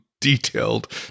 detailed